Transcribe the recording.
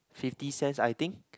fifty cents I think